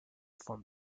formed